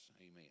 Amen